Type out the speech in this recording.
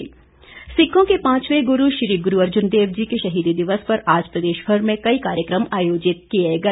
शहीदी दिवस सिखों के पांचवे गुरु श्री गुरु अर्जुन देव जी के शहीदी दिवस पर आज प्रदेश भर में कई कार्यक्रम आयोजित किए गए